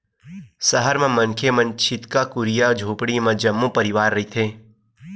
सहर म मनखे मन छितकी कुरिया झोपड़ी म जम्मो परवार रहिथे